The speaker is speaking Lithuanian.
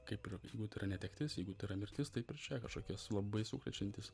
kaip jeigu tai yra netektis jeigu tai yra mirtis taip ir čia kažkokios labai sukrečiantys